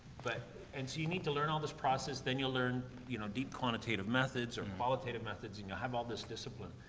but and so you need to learn all this process, then you're learn, you know, deep quantitative methods, or qualitative methods and you'll have all this discipline,